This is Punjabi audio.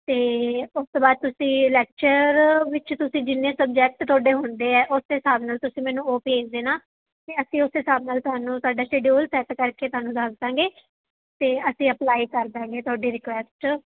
ਅਤੇ ਉਸ ਤੋਂ ਬਾਅਦ ਤੁਸੀਂ ਲੈਕਚਰ ਵਿੱਚ ਤੁਸੀਂ ਜਿੰਨੇ ਸਬਜੈਕਟ ਤੁਹਾਡੇ ਹੁੰਦੇ ਹੈ ਉਸ ਹਿਸਾਬ ਨਾਲ ਤੁਸੀਂ ਮੈਨੂੰ ਉਹ ਭੇਜ ਦੇਣਾ ਅਤੇ ਅਸੀਂ ਉਸ ਹਿਸਾਬ ਨਾਲ ਤੁਹਾਨੂੰ ਤੁਹਾਡਾ ਸ਼ਡਿਊਲ ਸੈੱਟ ਕਰਕੇ ਤੁਹਾਨੂੰ ਦੱਸ ਦਾਂਗੇ ਅਤੇ ਅਸੀਂ ਅਪਲਾਈ ਕਰ ਦਾਂਗੇ ਤੁਹਾਡੀ ਰਿਕੁਐਸਟ